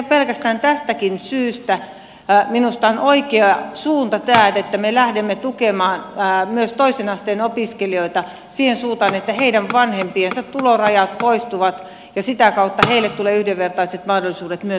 pelkästään tästäkin syystä minusta on oikea suunta tämä että me lähdemme tukemaan myös toisen asteen opiskelijoita siihen suuntaan että heidän vanhempiensa tulorajat poistuvat ja sitä kautta heille tulee yhdenvertaiset mahdollisuudet myös opiskella